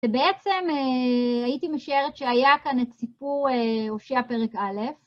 ובעצם הייתי משערת שהיה כאן את סיפור הושע פרק א',